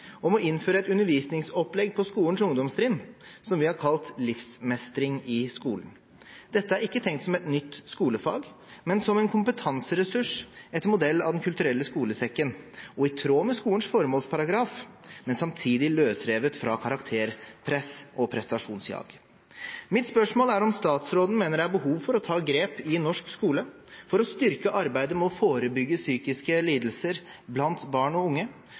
om å innføre et undervisningsopplegg på skolens ungdomstrinn som vi har kalt «Livsmestring i skolen». Dette er ikke tenkt som et nytt skolefag, men som en kompetanseressurs etter modell av Den kulturelle skolesekken, i tråd med skolens formålsparagraf, men samtidig løsrevet fra karakterpress og prestasjonsjag. Mitt spørsmål er om statsråden mener det er behov for å ta grep i norsk skole for å styrke arbeidet med å forebygge psykiske lidelser blant barn og unge,